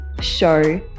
show